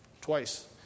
twice